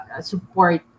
support